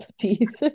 piece